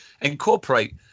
incorporate